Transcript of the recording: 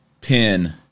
pin